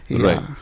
Right